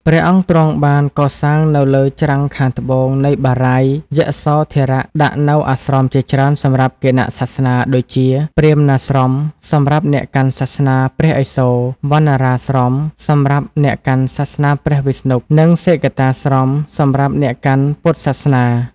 ព្រះអង្គទ្រង់បានកសាងនៅលើច្រាំងខាងត្បូងនៃ បារាយណ៍យសោធរដាក់នូវអាស្រមជាច្រើនសម្រាប់គណៈសាសនា ដូចជា ព្រាហ្មណាស្រមសម្រាប់អ្នកកាន់សាសនាព្រះឥសូរ វណ្ណរាស្រមសម្រាប់អ្នកកាន់ សាសនាព្រះវិស្ណុ និងសេគតាស្រម សម្រាប់អ្នកកាន់ពុទ្ធសាសនា ។